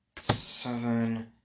seven